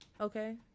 Okay